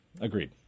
Agreed